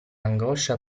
angoscia